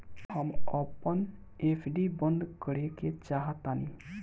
हम अपन एफ.डी बंद करेके चाहातानी